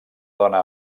dona